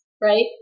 right